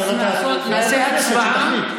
נעשה הצבעה.